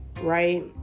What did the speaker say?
right